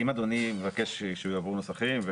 אם אדוני מבקש שיעבירו נוסחים,